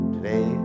Today